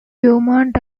beaumont